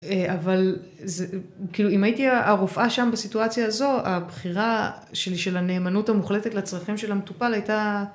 אבל כאילו אם הייתי הרופאה שם בסיטואציה הזו הבחירה שלי של הנאמנות המוחלטת לצרכים של המטופל הייתה.